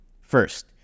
First